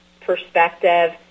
perspective